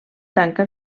tanca